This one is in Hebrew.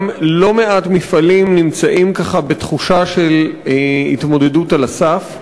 גם לא מעט מפעלים נמצאים ככה בתחושה של התמודדות על הסף.